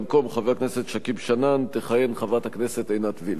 במקום חבר הכנסת שכיב שנאן תכהן חברת הכנסת עינת וילף.